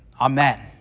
Amen